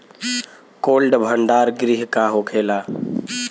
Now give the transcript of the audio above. Cold भण्डार गृह का होखेला?